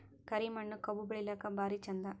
ಕರಿ ಮಣ್ಣು ಕಬ್ಬು ಬೆಳಿಲ್ಲಾಕ ಭಾರಿ ಚಂದ?